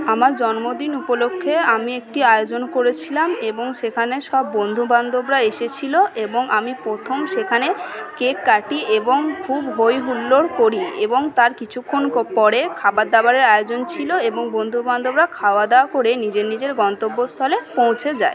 আমার জন্মদিন উপলক্ষ্যে আমি একটি আয়োজন করেছিলাম এবং সেখানে সব বন্ধু বান্ধবরা এসেছিলো এবং আমি প্রথম সেখানে কেক কাটি এবং খুব হৈ হুল্লোড় করি এবং তার কিছুক্ষণ পরে খাবার দাবারের আয়োজন ছিলো এবং বন্ধু বান্ধবরা খাওয়া দাওয়া করে নিজের নিজের গন্তব্যস্থলে পৌঁছে যায়